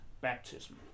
baptism